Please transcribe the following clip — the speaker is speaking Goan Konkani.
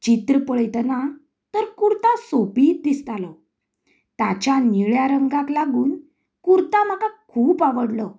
चित्र पळयतना तर कुर्ता सोबीत दिसतालो ताच्या निळ्या रंगाक लागून कुर्ता म्हाका खूब आवडलो